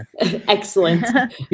Excellent